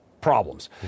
problems